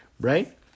right